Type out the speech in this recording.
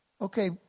okay